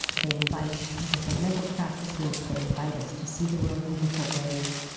they invite different mental practices, they invite us to see the world in different ways,